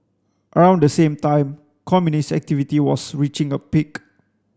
around the same time communist activity was reaching a peak